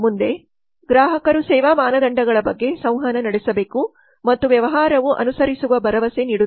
ಮುಂದೆ ಗ್ರಾಹಕರು ಸೇವಾ ಮಾನದಂಡಗಳ ಬಗ್ಗೆ ಸಂವಹನ ನಡೆಸಬೇಕು ಮತ್ತು ವ್ಯವಹಾರವು ಅನುಸರಿಸುವ ಭರವಸೆ ನೀಡುತ್ತದೆ